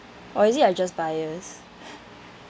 or is it I just biased